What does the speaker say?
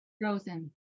Frozen